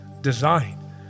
designed